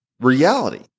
reality